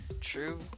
True